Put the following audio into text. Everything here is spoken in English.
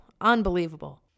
Unbelievable